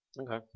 Okay